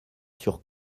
sur